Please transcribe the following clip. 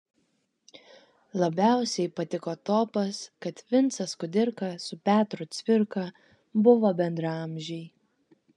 labiausiai patiko topas kad vincas kudirka su petru cvirka buvo bendraamžiai